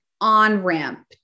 on-ramp